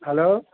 hello